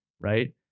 right